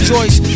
Joyce